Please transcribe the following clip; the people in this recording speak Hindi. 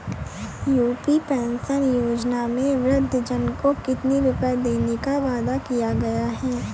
यू.पी पेंशन योजना में वृद्धजन को कितनी रूपये देने का वादा किया गया है?